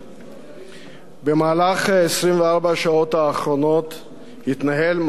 במהלך 24 השעות האחרונות התנהל מסע חתרנות